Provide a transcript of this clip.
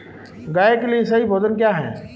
गाय के लिए सही भोजन क्या है?